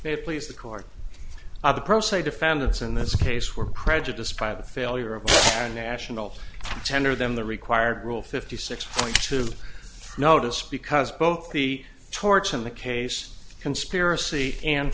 they please the court of the pro se defendants in this case were prejudice by the failure of a national tender them the required rule fifty six point two notice because both the torts in the case conspiracy and